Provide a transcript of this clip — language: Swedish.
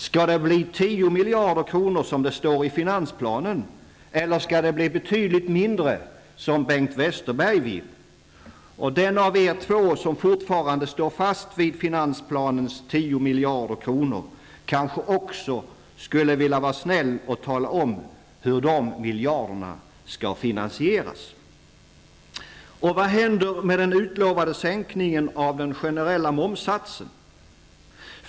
Skall det bli 10 miljarder kronor, som det står i finansplanen, eller skall det bli betydligt mindre, som Bengt Westerberg vill? Den av er två som fortfarande står fast vid finansplanens 10 miljarder kronor kanske också vill vara snäll och tala om hur dessa miljarder skall finansieras. Och vad händer med den utlovade sänkningen av den generella momssatsen?